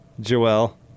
Joel